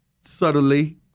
subtly